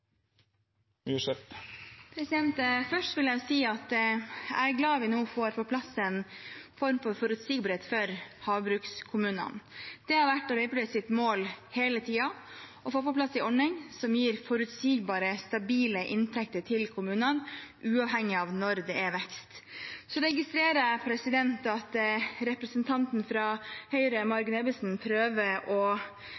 store. Først vil jeg si at jeg er glad for at vi nå får på plass en form for forutsigbarhet for havbrukskommunene. Det har vært Arbeiderpartiets mål hele tiden – å få på plass en ordning som gir forutsigbare, stabile inntekter til kommunene, uavhengig av når det er vekst. Så registrerer jeg at representanten Margunn Ebbesen fra Høyre